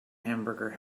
hamburger